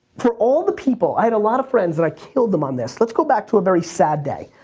for all the people, i had a lot of friends and i killed them on this. let's go back to a very sad day.